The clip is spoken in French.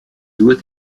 doit